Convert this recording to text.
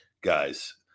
guys